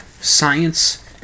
science